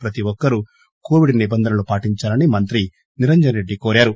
ప్రతి ఒక్కరు కోవిడ్ నిబంధనలు పాటించాలని మంత్రి నిరంజన్ రెడ్డి కోరారు